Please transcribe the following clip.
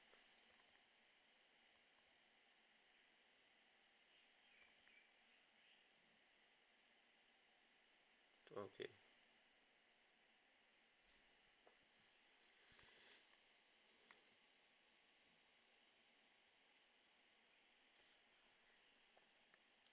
oh okay